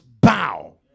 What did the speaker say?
bow